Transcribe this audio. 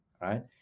right